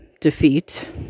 defeat